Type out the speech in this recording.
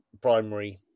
primary